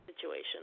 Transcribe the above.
situation